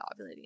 ovulating